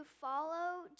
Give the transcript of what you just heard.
follow